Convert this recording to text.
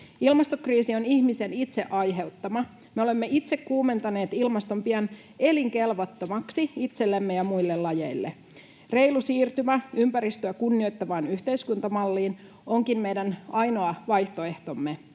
Ilmastokriisi on ihmisen itse aiheuttama — me olemme itse kuumentaneet ilmaston pian elinkelvottomaksi itsellemme ja muille lajeille. Reilu siirtymä ympäristöä kunnioittavaan yhteiskuntamalliin onkin meidän ainoa vaihtoehtomme.